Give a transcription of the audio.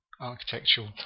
architectural